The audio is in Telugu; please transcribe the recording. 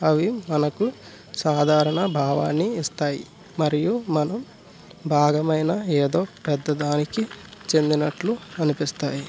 అవి మనకు సాధారణ భావాన్ని ఇస్తాయి మరియు మనం భాగమైన ఏదో పెద్దదానికి చెందినట్టు అనిపిస్తాయి